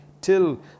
till